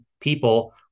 people